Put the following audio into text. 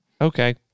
Okay